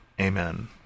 Amen